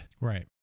Right